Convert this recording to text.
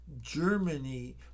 Germany